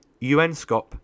UNSCOP